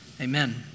Amen